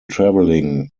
traveling